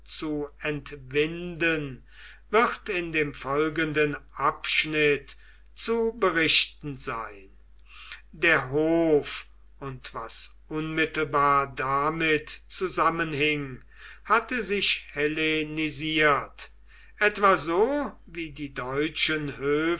zu entwinden wird in dem folgenden abschnitt zu berichten sein der hof und was unmittelbar damit zusammenhing hatte sich hellenisiert etwa so wie die